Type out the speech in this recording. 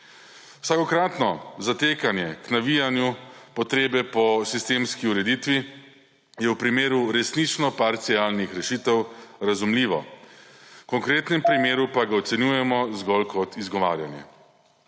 Vsakokratno zatekanje k navijanju potrebe po sistemski ureditvi je v primeru resnično parcialnih rešitev razumljivo, v konkretnem primeru pa ga ocenjujemo zgolj kot izgovarjanje.